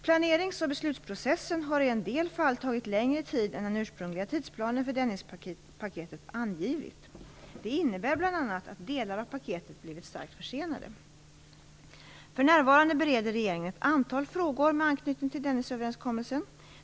Planerings och beslutsprocessen har i en del fall tagit längre tid än den ursprungliga tidsplanen för Dennispaketet angivit. Det innebär bl.a. att delar av paketet blivit starkt försenade. För närvarande bereder regeringen ett antal frågor med anknytning till Dennisöverenskommelsen.